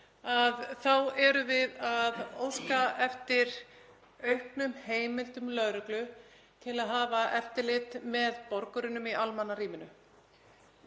erum við að óska eftir auknum heimildum lögreglu til að hafa eftirlit með borgurunum í almannarýminu.